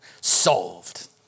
solved